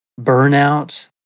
burnout